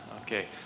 Okay